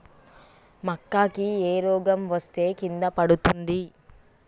మక్కా కి ఏ రోగం వస్తే కింద పడుతుంది?